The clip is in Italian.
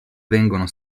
vengono